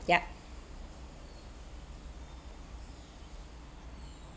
yup